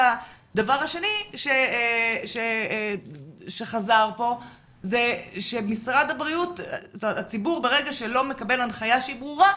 והדבר השני שחזר פה הוא שברגע שהציבור לא מקבל הנחיה ברורה,